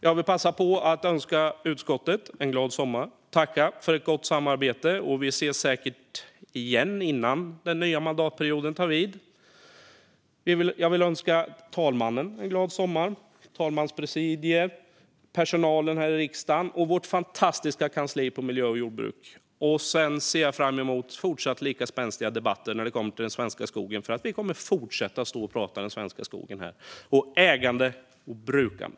Jag vill passa på att önska utskottet en glad sommar och tacka för ett gott samarbete. Vi ses säkert igen innan den nya mandatperioden tar vid. Jag vill önska talmannen, talmanspresidiet, personalen här i riksdagen och miljö och jordbruksutskottets fantastiska kansli en glad sommar. Jag ser fram emot fortsatt lika spänstiga debatter om den svenska skogen, för vi kommer att fortsätta att stå här och prata om den och om ägande och brukande.